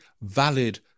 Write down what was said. valid